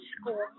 school